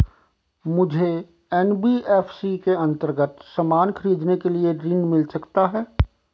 मुझे एन.बी.एफ.सी के अन्तर्गत सामान खरीदने के लिए ऋण मिल सकता है?